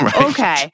Okay